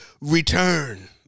return